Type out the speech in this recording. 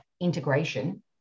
integration